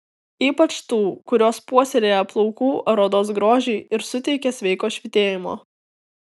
ypač tų kurios puoselėja plaukų ar odos grožį ir suteikia sveiko švytėjimo